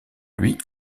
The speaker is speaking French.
lui